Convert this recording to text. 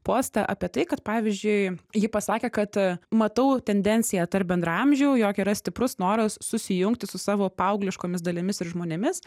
postą apie tai kad pavyzdžiui ji pasakė kad matau tendenciją tarp bendraamžių jog yra stiprus noras susijungti su savo paaugliškomis dalimis ir žmonėmis